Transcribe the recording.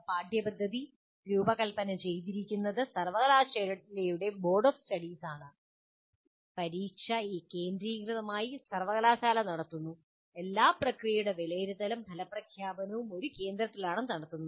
പാഠ്യപദ്ധതി രൂപകൽപ്പന ചെയ്തിരിക്കുന്നത് സർവകലാശാലയുടെ ബോർഡ് ഓഫ് സ്റ്റഡീസ് ആണ് പരീക്ഷ കേന്ദ്രീകൃതമായി സർവകലാശാല നടത്തുന്നു എല്ലാ പ്രക്രിയകളുടെ വിലയിരുത്തലും ഫലപ്രഖ്യാപനവും ഒരു കേന്ദ്ര സ്ഥലത്താണ് നടത്തുന്നത്